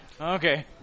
Okay